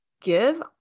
give